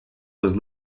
was